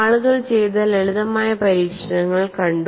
ആളുകൾ ചെയ്ത ലളിതമായ പരിഷ്ക്കരണങ്ങൾ കണ്ടു